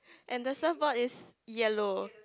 and the surfboard is yellow